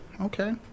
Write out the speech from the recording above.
okay